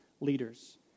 leaders